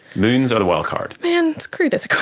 moons are the wildcard. man, screw this